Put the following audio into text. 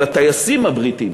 על הטייסים הבריטים